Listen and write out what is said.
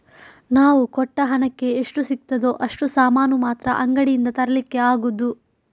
ನಾವು ಕೊಟ್ಟ ಹಣಕ್ಕೆ ಎಷ್ಟು ಸಿಗ್ತದೋ ಅಷ್ಟು ಸಾಮಾನು ಮಾತ್ರ ಅಂಗಡಿಯಿಂದ ತರ್ಲಿಕ್ಕೆ ಆಗುದು